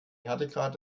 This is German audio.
härtegrad